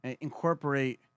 incorporate